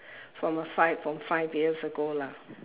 from a five from five years ago lah